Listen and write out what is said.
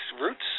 roots